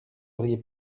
auriez